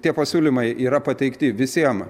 tie pasiūlymai yra pateikti visiem